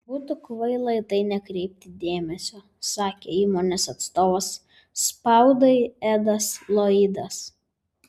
būtų kvaila į tai nekreipti dėmesio sakė įmonės atstovas spaudai edas loydas